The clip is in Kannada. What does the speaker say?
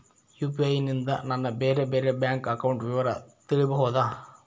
ಯು.ಪಿ.ಐ ನಿಂದ ನನ್ನ ಬೇರೆ ಬೇರೆ ಬ್ಯಾಂಕ್ ಅಕೌಂಟ್ ವಿವರ ತಿಳೇಬೋದ?